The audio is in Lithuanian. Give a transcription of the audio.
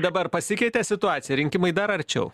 dabar pasikeitė situacija rinkimai dar arčiau